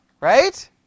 right